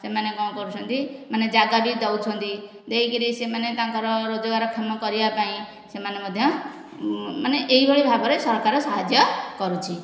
ସେମାନେ କ'ଣ କରୁଛନ୍ତି ମାନେ ଯାଗା ବି ଦେଉଛନ୍ତି ଦେଇକରି ସେମାନେ ତାଙ୍କର ରୋଜଗାର କ୍ଷମ କରିବା ପାଇଁ ସେମାନେ ମଧ୍ୟ ମାନେ ଏହିଭଳି ଭାବରେ ସରକାର ସାହାଯ୍ୟ କରୁଛି